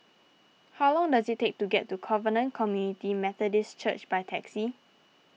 how long does it take to get to Covenant Community Methodist Church by taxi